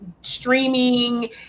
streaming